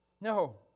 No